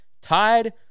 tied